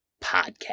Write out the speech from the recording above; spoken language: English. podcast